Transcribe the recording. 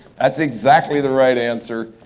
that's exactly the right answer.